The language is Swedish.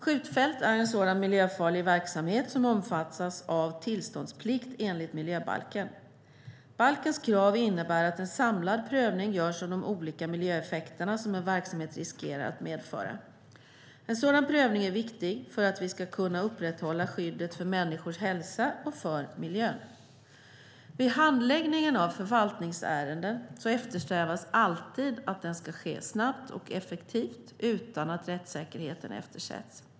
Skjutfält är sådan miljöfarlig verksamhet som omfattas av tillståndsplikt enligt miljöbalken. Balkens krav innebär att en samlad prövning görs av de olika miljöeffekter som en verksamhet riskerar att medföra. En sådan prövning är viktig för att vi ska kunna upprätthålla skyddet för människors hälsa och för miljön. Vid handläggningen av förvaltningsärenden eftersträvas alltid att den ska ske snabbt och effektivt utan att rättssäkerheten eftersätts.